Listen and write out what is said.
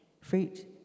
fruit